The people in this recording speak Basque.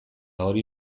hori